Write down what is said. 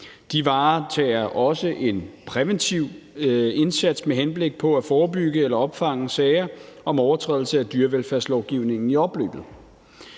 De varetager også en præventiv indsats med henblik på at forebygge eller opfange sager om overtrædelse af dyrevelfærdslovgivningen i opløbet.